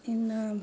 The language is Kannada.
ಇನ್ನು